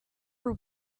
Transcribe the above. are